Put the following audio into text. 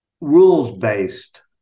rules-based